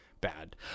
bad